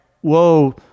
Whoa